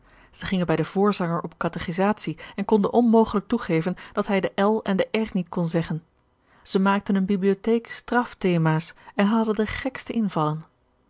zij gingen bij den voorzanger op catechisatie en konden onmogelijk toegeven dat hij de l en de r niet kon zeggen zij maakten eene bibliotheek strafthemaas en hadden de gekste invallen